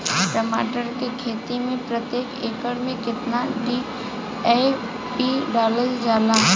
टमाटर के खेती मे प्रतेक एकड़ में केतना डी.ए.पी डालल जाला?